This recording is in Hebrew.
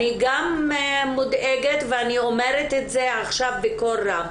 אני גם מודאגת ואני אומרת את זה עכשיו בקול רם,